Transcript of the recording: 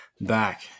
back